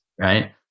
Right